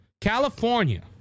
California